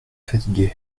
fatigué